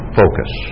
focus